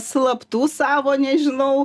slaptų savo nežinau